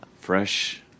Fresh